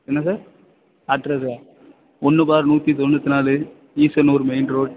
என்ன சார் அட்ரஸ்ஸா ஒன்று பார் நூற்றி தொண்ணூற்றி நாலு ஈசனூர் மெயின் ரோட்